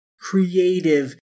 creative